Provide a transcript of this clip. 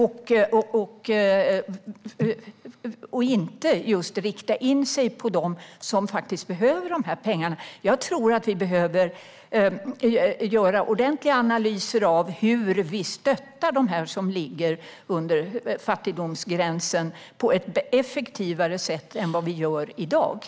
Man riktar inte in sig på dem som faktiskt behöver pengarna. Jag tror att vi behöver göra ordentliga analyser av hur vi på ett effektivare sätt än i dag ska stötta dem som ligger under fattigdomsgränsen.